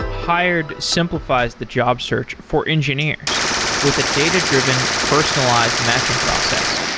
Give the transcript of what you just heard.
hired simplifies the job search for engineers with a data-driven, personalized matching process.